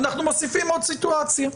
ואנחנו מוסיפים עוד סיטואציה.